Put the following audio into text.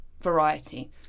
variety